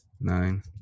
nine